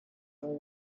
will